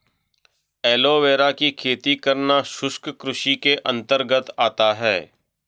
aloe vera की खेती करना शुष्क कृषि के अंतर्गत आता है